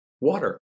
water